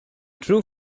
true